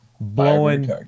blowing